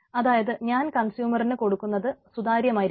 അതായത് ഞാൻ കൺസ്യൂമറിന് കൊടുക്കുന്നത് സുതാര്യമായിരിക്കണം